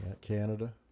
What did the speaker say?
Canada